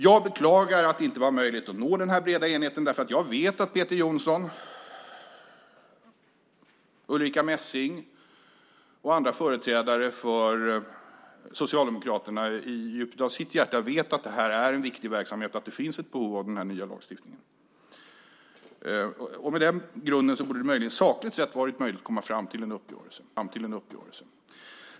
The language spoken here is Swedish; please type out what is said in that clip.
Jag beklagar att det inte var en möjlighet att nå denna breda enighet, för jag vet att Peter Jonsson, Ulrica Messing och andra företrädare för Socialdemokraterna i djupet av sina hjärtan vet att detta är en viktig verksamhet och att det finns ett behov av den här nya lagstiftningen. Med den grunden borde det möjligen sakligt sett ha varit möjligt att komma fram till en uppgörelse.